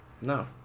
No